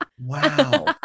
wow